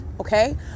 okay